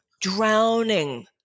drowning